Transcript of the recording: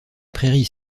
prairies